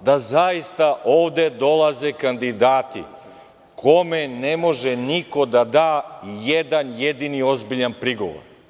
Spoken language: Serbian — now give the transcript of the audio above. da zaista ovde dolaze kandidati kome ne može niko da da jedan jedini ozbiljan prigovor.